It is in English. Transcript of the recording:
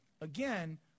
again